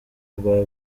rwa